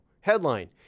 headline